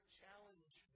challenge